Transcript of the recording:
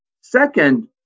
Second